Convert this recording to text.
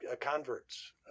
converts